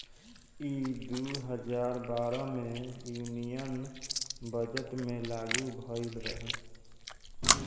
ई दू हजार बारह मे यूनियन बजट मे लागू भईल रहे